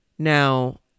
Now